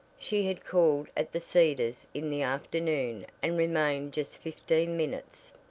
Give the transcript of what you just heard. she had called at the cedars in the afternoon and remained just fifteen minutes,